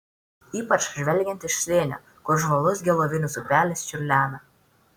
ypač žvelgiant iš slėnio kur žvalus gelovinės upelis čiurlena